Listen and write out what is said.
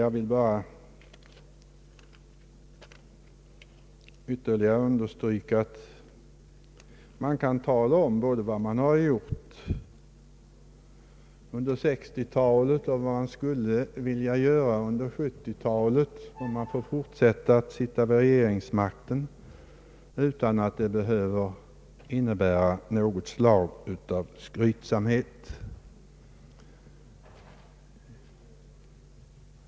Jag vill bara ytterligare understryka att man kan tala om både vad man har gjort under 1960-talet och vad man skulle vilja göra under 1970-talet om man får fortsätta att sitta vid regeringsmakten utan att det behöver innebära någon skrytsamhet.